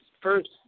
first